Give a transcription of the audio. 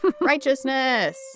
Righteousness